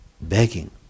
begging